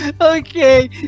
Okay